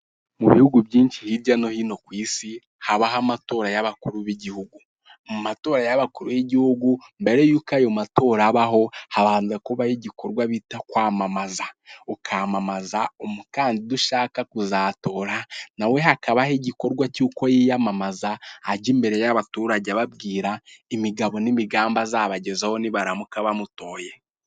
Mu bihugu byinshi hirya no hino ku isi habaho amatora y'abakuru b'igihugu mu matora y'abakuru b'igihugu mbere y'uko ayo matora abaho habanza kuba igikorwa bita kwamamaza ukamamaza umukandida ushaka kuzatora nawe hakabaho igikorwa cy'uko yiyamamaza ajya imbere y'abaturage ababwira imigabo n'imigambi azabagezaho nibaramuka bamutoye .